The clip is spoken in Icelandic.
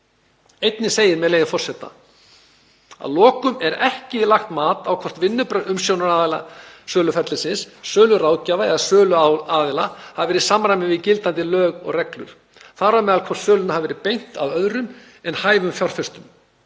Einnig segir, með leyfi forseta: „Að lokum er ekki lagt mat á hvort vinnubrögð umsjónaraðila söluferlisins, söluráðgjafa eða söluaðila hafi verið í samræmi við gildandi lög og reglur, þ. á m. hvort sölunni hafi verið beint að öðrum en hæfum fjárfestum.